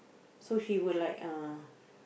so she will like uh